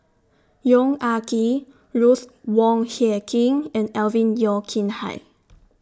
Yong Ah Kee Ruth Wong Hie King and Alvin Yeo Khirn Hai